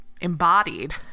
embodied